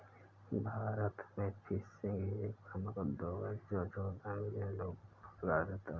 भारत में फिशिंग एक प्रमुख उद्योग है जो चौदह मिलियन लोगों को रोजगार देता है